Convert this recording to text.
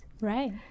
Right